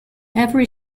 every